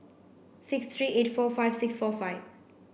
six three eight four five six four five